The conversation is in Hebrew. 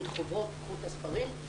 קחו את החוברות ואת הספרים.